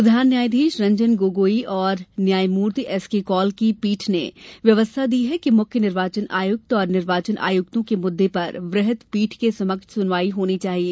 प्रधान न्यायाधीश रंजन गोगोई और न्यायमूर्ति एस के कॉल की पीठ ने व्यवस्था दी कि मुख्य निर्वाचन आयुक्त और निर्वाचन आयुक्तों के मुद्दे पर वृहद पीठ के समक्ष सुनवाई होनी चाहिए